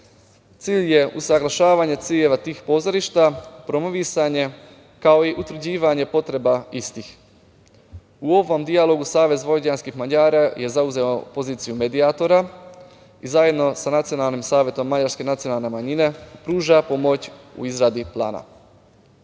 Cilj je usaglašavanje ciljeva tih pozorišta, promovisanje, kao i utvrđivanje potreba istih. U ovom delu SVM je zauzeo poziciju medijatora i zajedno sa Nacionalnim savetom mađarske nacionalne manjine pruža pomoć u izradi plana.